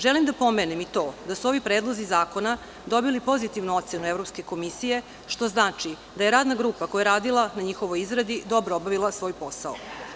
Želim da pomenem i to da su ovi predlozi zakona dobili pozitivnu ocenu Evropske komisije, što znači da je radna grupa koja je radila na njihovoj izradi dobro obavila svoj posao.